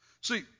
See